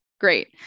Great